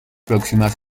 próximas